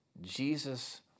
Jesus